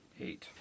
eight